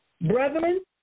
Brethren